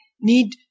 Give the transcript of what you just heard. need